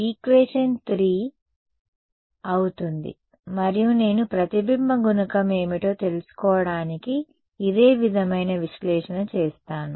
equation 3 అవుతుంది మరియు నేను ప్రతిబింబ గుణకం ఏమిటో తెలుసుకోవడానికి ఇదే విధమైన విశ్లేషణ చేస్తాను